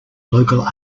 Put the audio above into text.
local